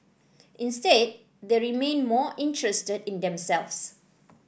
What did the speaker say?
instead they remained more interested in themselves